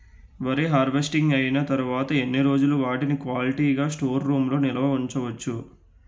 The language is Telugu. వరి హార్వెస్టింగ్ అయినా తరువత ఎన్ని రోజులు వాటిని క్వాలిటీ గ స్టోర్ రూమ్ లొ నిల్వ ఉంచ వచ్చు?